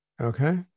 okay